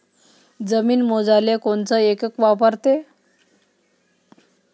जमीन मोजाले कोनचं एकक वापरते?